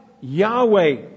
Yahweh